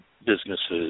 businesses